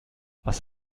was